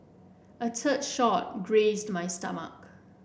a third shot grazed my stomach